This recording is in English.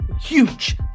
Huge